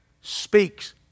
speaks